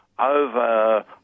over